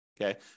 okay